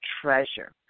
treasure